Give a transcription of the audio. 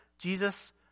Jesus